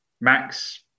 Max